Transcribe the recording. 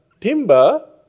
timber